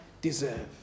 deserve